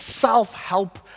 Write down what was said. self-help